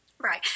Right